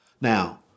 Now